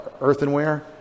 earthenware